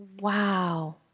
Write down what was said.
Wow